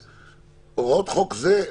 "הוראות חוק זה"